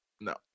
No